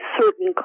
certain